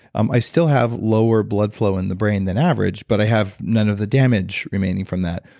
um i still have lower blood flow in the brain than average, but i have none of the damage remaining from that.